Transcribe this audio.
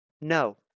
No